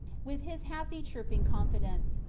with his happy, chirping confidence.